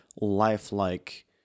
lifelike